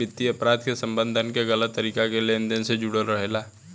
वित्तीय अपराध के संबंध धन के गलत तरीका से लेन देन से जुड़ल रहेला